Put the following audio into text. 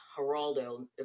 Geraldo